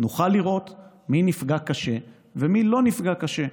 ונוכל לראות מי נפגע קשה ומי לא נפגע קשה.